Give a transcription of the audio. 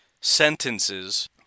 sentences